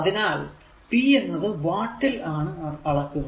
അതിനാൽ p എന്നത് watt ൽ ആണ് അളക്കുന്നത്